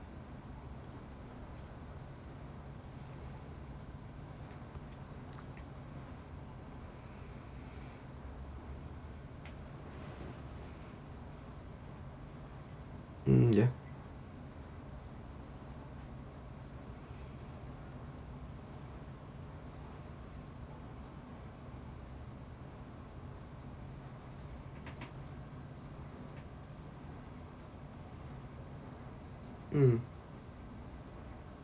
mm ya mm